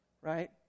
Right